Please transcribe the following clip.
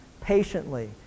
patiently